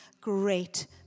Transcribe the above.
great